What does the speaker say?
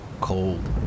cold